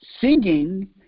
singing